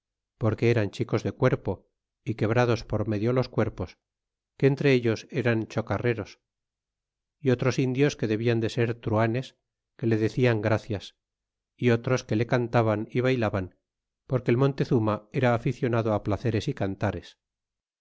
porque eran chicos de cuerpo y quebrados por medio los cuerpos que entre ellos eran chocarreros é otros indios que debian de ser truhanes que le decian gracias é otros que le cantaban y baylaban porque cl montezuma era aficionado á placeres y cantares